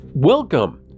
Welcome